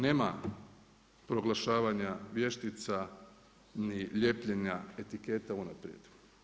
Nema proglašavanja vještica, ni lijepljenja etiketa unaprijed.